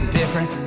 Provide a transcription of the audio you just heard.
different